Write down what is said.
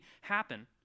happen